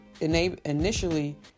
initially